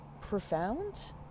profound